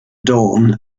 dawn